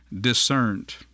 discerned